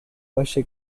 valle